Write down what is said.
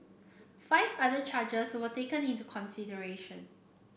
five other charges were taken into consideration